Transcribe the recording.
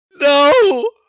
No